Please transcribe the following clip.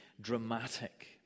dramatic